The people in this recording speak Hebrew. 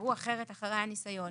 שתסברו אחרת אחרי הניסיון